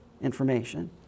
information